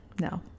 No